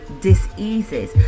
diseases